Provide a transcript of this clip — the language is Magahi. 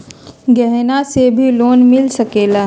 गहना से भी लोने मिल सकेला?